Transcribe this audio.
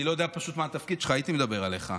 אני לא יודע פשוט מה התפקיד שלך, הייתי מדבר עליך,